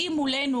מולנו